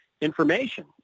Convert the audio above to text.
information